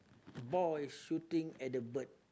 boy shooting at the bird